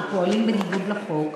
שפועל בניגוד לחוק,